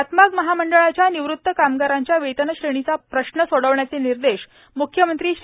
हातमाग महामंडळाच्या निवृत्त कामगारांच्या वेतनश्रेणीचा प्रश्न सोडवण्याचे निर्देश मुख्यमंत्री श्री